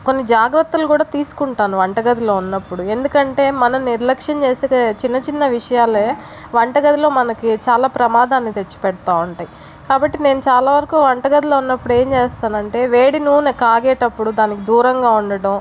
కొన్ని జాగ్రత్తలు కూడా తీసుకుంటాను వంట గదిలో ఉన్నపుడు ఎందుకంటే మనం నిర్లక్ష్యం చేసే చిన్న చిన్న విషయాలే వంట గదిలో మనకి చాలా ప్రమాదాన్ని తెచ్చిపెడతా ఉంటాయి కాబట్టి నేను చాలా వరకు వంట గదిలో ఉన్నపుడు ఏం చేస్తానంటే వేడి నూనె కాగేటప్పుడు దానికి దూరంగా ఉండడం